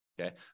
Okay